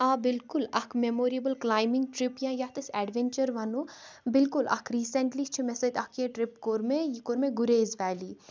آ بالکُل اکھ میموریبٕل کٕلایمبنگ ٹرٕپ یا یتھ أسۍ ایڑوینچر وَنو بالکُل اکھ ریسینٹلی چھُ مےٚ سۭتۍ اکھ یہ ٹرٕپ کوٚر مےٚ یہِ کوٚر مے گُریز ویلی